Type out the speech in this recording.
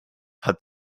hat